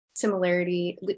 similarity